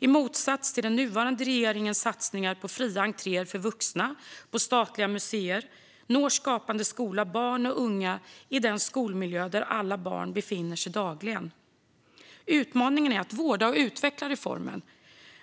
I motsats till den nuvarande regeringens satsningar på fri entré för vuxna på statliga museer når Skapande skola barn och unga i den skolmiljö där alla barn befinner sig dagligen. Utmaningen är att vårda och utveckla reformen.